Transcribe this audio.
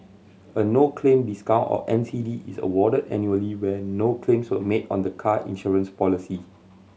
a no claim discount or N C D is awarded annually when no claims were made on the car insurance policy